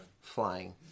flying